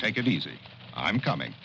take it easy i'm coming